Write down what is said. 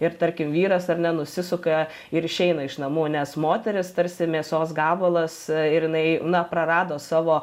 ir tarkim vyras ar ne nusisuka ir išeina iš namų nes moteris tarsi mėsos gabalas ir jinai na prarado savo